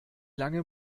lange